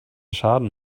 schaden